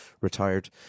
retired